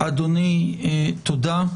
אדוני, תודה.